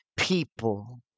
People